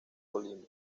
colima